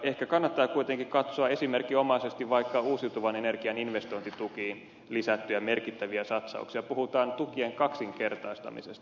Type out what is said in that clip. ehkä kannattaa kuitenkin katsoa esimerkinomaisesti vaikka uusiutuvan energian investointitukiin lisättyjä merkittäviä satsauksia puhutaan tukien kaksinkertaistamisesta